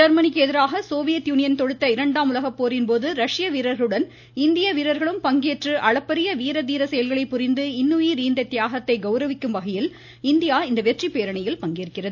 ஜெர்மனிக்கு எதிராக Soviet Union தொடுத்த இரண்டாம் உலக போரின்போது ரஷ்ய வீரர்களுடன் இந்திய வீரர்களும் பங்கேற்று அளப்பரிய வீர தீர செயல்களை புரிந்து இன்னுயிர் ஈந்த தியாகத்தை கவுரவிக்கும் வகையில் இந்தியா இந்த வெற்றிப்பேரணியில் பங்கேற்கிறது